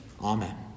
Amen